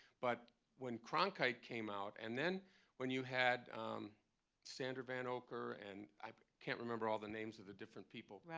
but when cronkite came out and then when you had sander vanocur and i can't remember all the names of the different people.